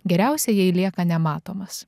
geriausia jei lieka nematomas